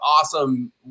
awesome